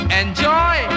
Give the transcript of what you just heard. enjoy